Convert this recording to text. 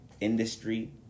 Industry